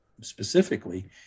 specifically